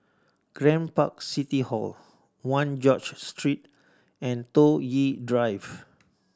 Grand Park City Hall One George Street and Toh Yi Drive